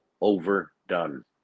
overdone